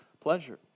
pleasure